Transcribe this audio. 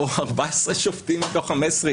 14 מתוך1 5 שופטים,